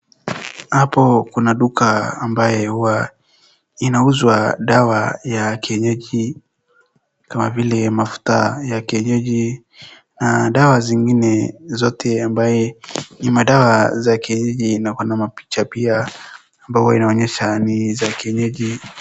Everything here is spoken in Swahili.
Hapo kuna duka ambaye hua inauzwa dawa ya kienyeji kama vile mafuta ya kienyeji .Na dawa zingine zote ambaye ni madawa za kienyeji na kuna mapicha pia mboga inaonesha ni za kienyeji.